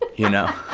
you know,